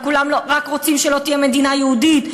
וכולם רק רוצים שלא תהיה מדינה יהודית,